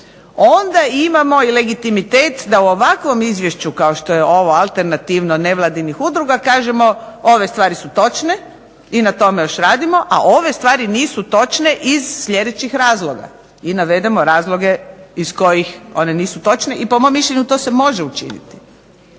onda imamo legitimitet da u ovakvom izvješću kao što je ovo alternativno nevladinih udruga kažemo ove stvari su točne i na tome još radimo, a ove stvari nisu točne iz sljedećih razloga. I navedemo razloge iz kojih one nisu točne i to se može učiniti.